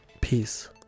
peace